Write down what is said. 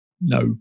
No